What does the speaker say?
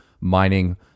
mining